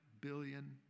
billion